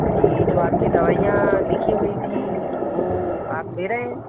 जी जो आपकी दवाइयाँ लिखी हुई थी वो आप ले रहें हैं